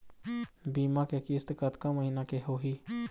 बीमा के किस्त कतका महीना के होही?